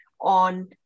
on